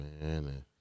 man